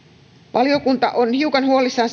valiokunta on hiukan huolissaan